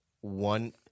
one